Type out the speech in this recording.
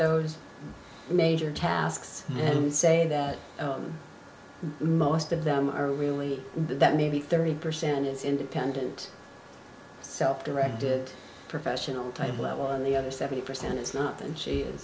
those major tasks and say that most of them are really that maybe thirty percent is independent self directed professional type level and the other seventy percent it's not that she is